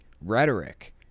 rhetoric